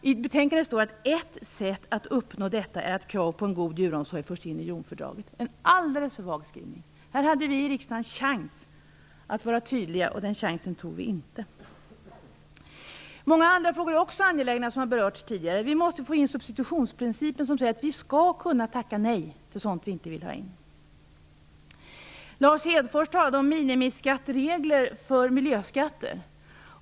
I betänkandet står det: Ett sätt att uppnå detta är att krav på en god djuromsorg förs in i Romfördraget. Det är en alldeles för vag skrivning. Här hade vi i riksdagen chans att vara tydliga, och den chansen tog vi inte. Många andra frågor är också angelägna. Det har också berörts tidigare. Vi måste få in substitutionsprincipen, som säger att vi skall kunna tacka nej till sådant som vi inte vill ha in. Lars Hedfors talade om minimiskatteregler för miljöskatter.